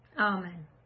Amen